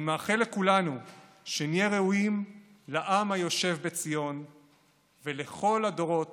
אני מאחל לכולנו שנהיה ראויים לעם היושב בציון ולכל הדורות